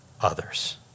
others